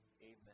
Amen